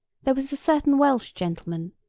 there was a certain welsh gentleman,